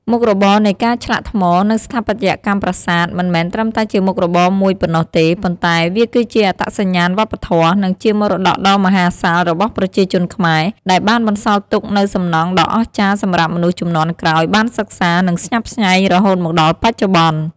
មុខរបរនៃការឆ្លាក់ថ្ម និងស្ថាបត្យកម្មប្រាសាទ មិនមែនត្រឹមតែជាមុខរបរមួយប៉ុណ្ណោះទេ ប៉ុន្តែវាគឺជាអត្តសញ្ញាណវប្បធម៌ និងជាមរតកដ៏មហាសាលរបស់ប្រជាជនខ្មែរ ដែលបានបន្សល់ទុកនូវសំណង់ដ៏អស្ចារ្យសម្រាប់មនុស្សជំនាន់ក្រោយបានសិក្សា និងស្ញប់ស្ញែងរហូតមកដល់បច្ចុប្បន្ន។